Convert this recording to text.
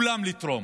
לכולם לתרום.